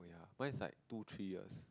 mine is like two three years